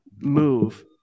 move